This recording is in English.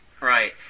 right